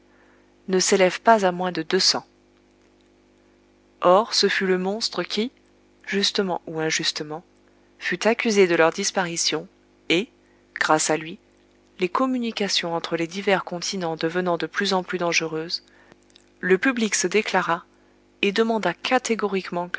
ne s'élève pas à moins de deux cents or ce fut le monstre qui justement ou injustement fut accusé de leur disparition et grâce à lui les communications entre les divers continents devenant de plus en plus dangereuses le public se déclara et demanda catégoriquement